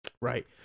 Right